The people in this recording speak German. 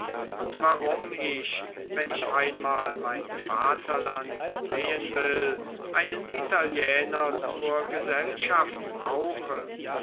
und warum ich wenn ich einmal mein vaterland sehen will einen italiener zur gesellschaft brauche